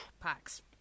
packs